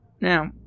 Now